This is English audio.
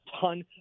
ton